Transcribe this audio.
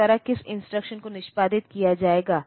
तो यह वास्तव में डेटा बस है